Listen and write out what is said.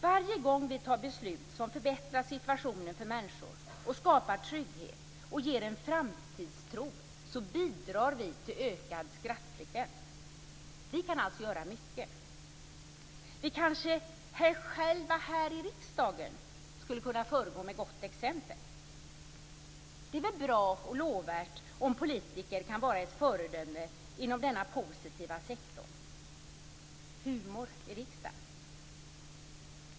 Varje gång vi fattar beslut som förbättrar situationen för människor, skapar trygghet och ger en framtidstro bidrar vi till ökad skrattfrekvens. Vi kan alltså göra mycket. Kanske vi själva, här i riksdagen, skulle kunna föregå med gott exempel. Det är väl bra och lovvärt om politiker kan vara ett föredöme inom denna positiva sektor: humor i riksdagen.